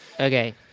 Okay